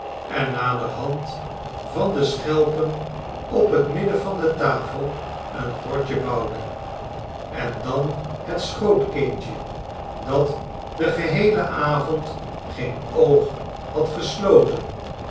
en naderhand van de schelpen op het midden van de tafel een grotje bouwde en dan het schootkindje dat den geheelen avond geen oog had gesloten